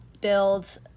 build